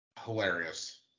Hilarious